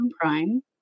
prime